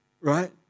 right